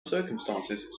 circumstances